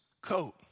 coat